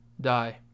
die